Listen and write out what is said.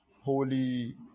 holy